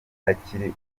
akiri